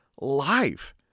life